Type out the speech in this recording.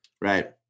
Right